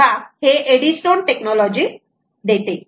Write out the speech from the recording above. तेव्हा हे एडी स्टोन टेक्नॉलॉजी देते